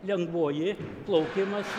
lengvoji plaukimas